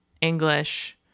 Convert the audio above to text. English